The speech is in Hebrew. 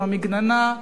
עם המגננה,